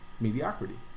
mediocrity